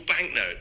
banknote